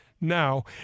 now